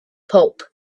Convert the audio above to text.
pope